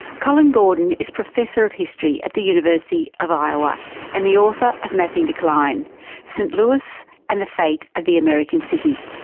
colin gordon is professor of history at the university of iowa and the author of mapping decline st louis and the fate of the american city.